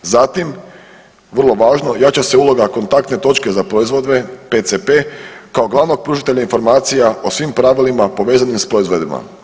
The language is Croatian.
Zatim, vrlo važno, jača se uloga kontaktne točke za proizvode PCP kao glavnog pružitelja informacija o svim pravilima povezanim s proizvodima.